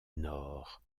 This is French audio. nord